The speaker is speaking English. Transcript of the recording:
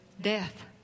death